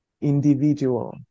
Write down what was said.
individual